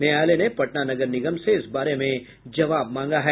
न्यायालय ने पटना नगर निगम से इस बारे में जवाब मांगा है